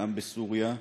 לעם בסוריה,